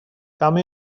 come